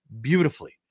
beautifully